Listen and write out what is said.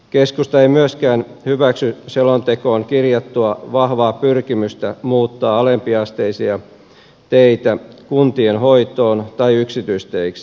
keskusta ei myöskään hyväksy selontekoon kirjattua vahvaa pyrkimystä siirtää alempiasteisia teitä kuntien hoitoon tai muuttaa niitä yksityisteiksi